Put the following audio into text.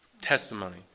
testimony